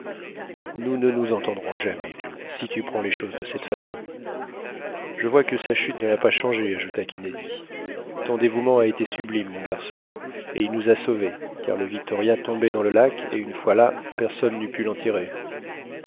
nous ne nous entendrons jamais joe si tu prends les choses de cette façon je vois que sa chute ne l'a pas changé ajouta kennedy ton dévouement a été sublime mon garçon et il nous a sauvés car le victoria tombait dans le lac et une fois là personne n'eût pu l'en tirer